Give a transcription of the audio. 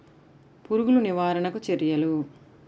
పురుగులు నివారణకు చర్యలు?